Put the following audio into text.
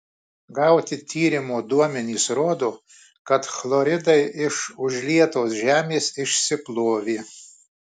gauti tyrimo duomenys rodo kad chloridai iš užlietos žemės išsiplovė